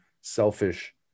selfish